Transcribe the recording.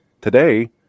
today